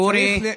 אורי.